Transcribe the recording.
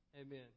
Amen